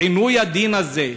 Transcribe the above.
עינוי הדין הזה,